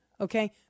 Okay